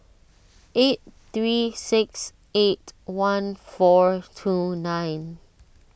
eight three six eight one four two nine